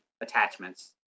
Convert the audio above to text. attachments